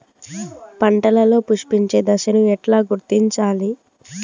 పంటలలో పుష్పించే దశను ఎట్లా గుర్తించాలి?